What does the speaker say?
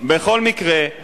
הוא רשאי בכל מקרה,